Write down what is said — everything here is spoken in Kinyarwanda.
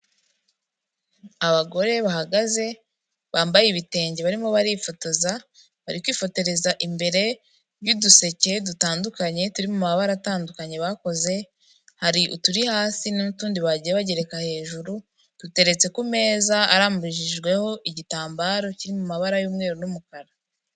Abagore bahagaze bambaye ibitenge barimo barifotoza, bari kwifotoreza imbere y'uduseke dutandukanye turi mu mabara atandukanye bakoze, hari uturi hasi n'utundi bagiye bagereka hejuru, duteretse ku meza aramburijweho igitambaro kiri mu mabara y'umweru n'umukara.